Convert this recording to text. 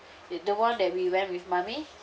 it the one that we went with mummy